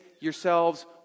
yourselves